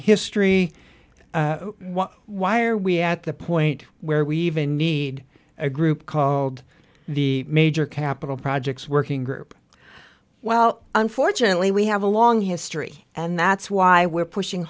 history why are we at the point where we even need a group called the major capital projects working group well unfortunately we have a long history and that's why we're pushing